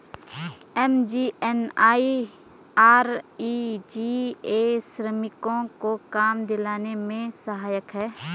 MGNREGA श्रमिकों को काम दिलाने में सहायक है